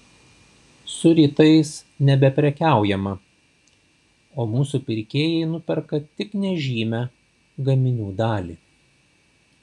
su rytais nebeprekiaujama o mūsų pirkėjai nuperka tik nežymią gaminių dalį